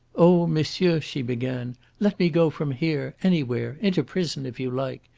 oh, monsieur! she began, let me go from here anywhere into prison if you like.